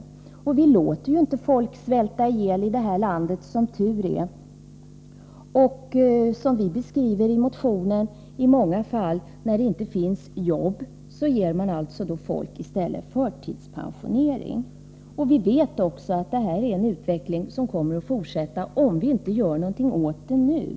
Som tur är låter vi ju inte människor svälta ihjäl i vårt land. När det inte finns jobb — vi beskriver detta i vår motion — erbjuds människor i många fall förtidspensionering. Vi vet att denna utveckling kommer att fortsätta om vi inte gör någonting åt detta nu.